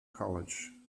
college